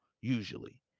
usually